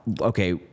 okay